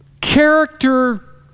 character